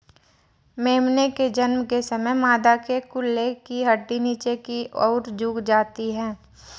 मेमने के जन्म के समय मादा के कूल्हे की हड्डी नीचे की और झुक जाती है